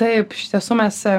taip iš tiesų mes